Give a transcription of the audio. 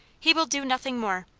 he will do nothing more!